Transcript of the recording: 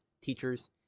teachers